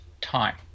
time